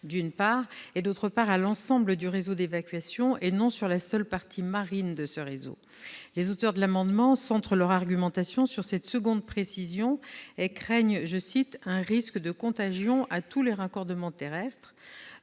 production, et, d'autre part, à l'ensemble du réseau d'évacuation, au lieu de la seule partie marine de ce réseau. Les auteurs de l'amendement centrent leur argumentation sur cette seconde précision et craignent un « risque de contagion à tous les raccordements terrestres ».